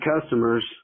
customers